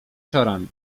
czorami